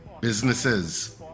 businesses